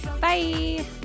Bye